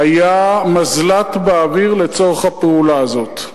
היה מזל"ט באוויר לצורך הפעולה הזאת,